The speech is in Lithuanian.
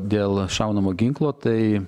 dėl šaunamo ginklo tai